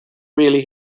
really